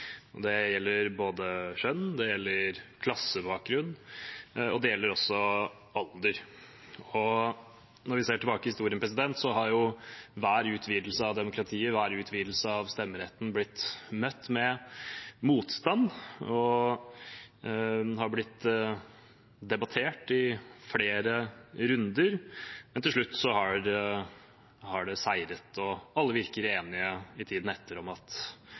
stemmeretten. Det gjelder kjønn, det gjelder klassebakgrunn, og det gjelder alder. Når vi ser tilbake i historien, har hver utvidelse av demokratiet, hver utvidelse av stemmeretten, blitt møtt med motstand og blitt debattert i flere runder, men til slutt har det seiret, og alle virker enige om at